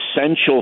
essential